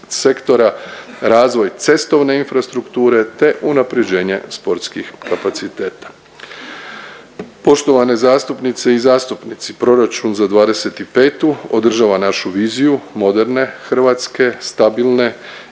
razvoj cestovne infrastrukture, te unaprjeđenje sportskih kapaciteta. Poštovane zastupnice i zastupnici, proračun za '25. održava našu viziju moderne Hrvatske, stabilne